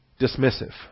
dismissive